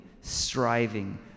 striving